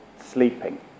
sleeping